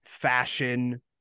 fashion